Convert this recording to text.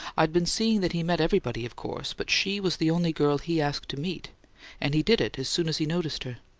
i'd been seeing that he met everybody, of course, but she was the only girl he asked to meet and he did it as soon as he noticed her.